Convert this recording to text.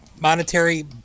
monetary